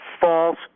false